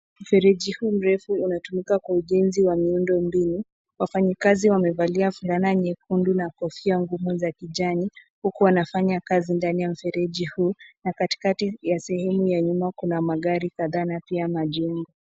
Vereji huu mrefu hutumika kwa ujensi wa miundobinu, wafanyi kazi wamevalia fulana nyekundu na kofia ngumu za kijani, huku wanafanya kazi ndani mvereji huu, na katikati ya sehemu ya nyuma kuna magari kataa na pia majini.